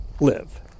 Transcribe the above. live